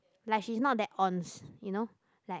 like she is not that ons you know like